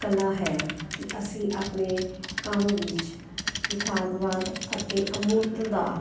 ਕਲਾ ਹੈ ਕਿ ਅਸੀਂ ਆਪਣੇ ਕੰਮ ਵਿੱਚ ਯਥਾਰਥਵਾਦ ਅਤੇ ਅਮੂਰਤਤਾ